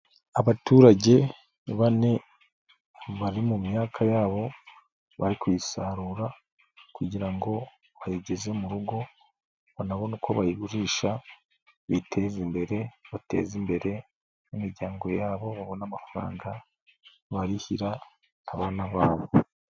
Abaturage bane bari mu myaka yabo bari kuyisarura kugira ngo bayigeze mu rugo banabone uko bayigurisha biteze imbere, bateze imbere imiryango yabo, babona amafaranga bayishyurira abana babo.